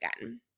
again